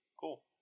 Cool